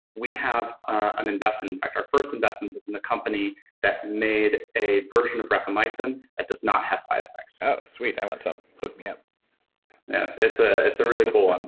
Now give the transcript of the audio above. we have an investment, in fact, our first investment is in a company that made a version of rapamycin that does not have side effects oh sweet. i want some, hook me up yeah, it's ah it's a really cool and